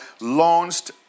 launched